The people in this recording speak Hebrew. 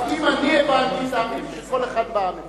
אם אני הבנתי, תאמין לי שכל אחד בעם הבין.